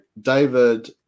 David